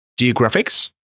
geographics